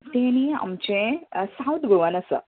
तें नी आमचे सावथ गोवान आसा